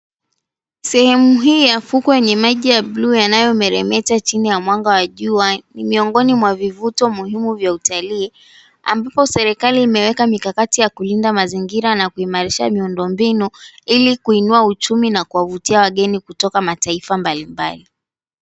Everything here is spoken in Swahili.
Sehemu hii ya fukwe ni maji ya bluu yanayo meremeta chini ya mwanga wa jua. Ni miongoni mwa vivuto muhimu vya utalii, ambapo serikali imeweka mikakati ya kulinda mazingira na kuimarisha miundombinu, ili kuinua uchumi na kuwavutia wageni kutoka mataifa mbalimbali.